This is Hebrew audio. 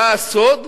מה הסוד?